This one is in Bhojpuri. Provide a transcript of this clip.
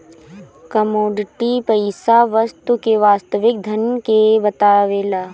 कमोडिटी पईसा वस्तु के वास्तविक धन के बतावेला